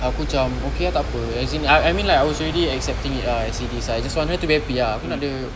aku cam okay ah takpe as in I I mean lah I was already accepting it ah as it is I just want her to be happy ah kan ada